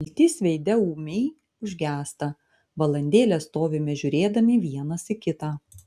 viltis veide ūmiai užgęsta valandėlę stovime žiūrėdami vienas į kitą